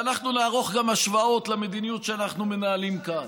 ואנחנו נערוך גם השוואות למדיניות שאנחנו מנהלים כאן.